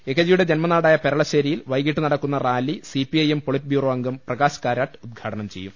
A K ജിയുടെ ജന്മനാടായ പെരളശ്ശേരിയിൽ വൈകീട്ട് നട ക്കുന്ന റാലി സിപിഐഎം പൊളിറ്റ് ബ്യൂറോ അംഗം പ്രകാശ് കാരാട്ട് ഉദ്ഘാടനം ചെയ്യും